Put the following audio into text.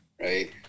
right